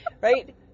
Right